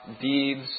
deeds